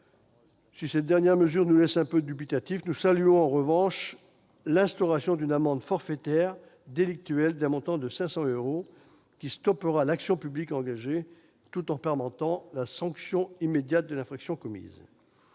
Si cette dernière mesure nous laisse quelque peu dubitatifs, nous saluons en revanche l'instauration d'une amende forfaitaire délictuelle, d'un montant de 500 euros, qui stoppera l'action publique engagée tout en permettant la sanction immédiate de l'infraction commise.